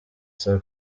saa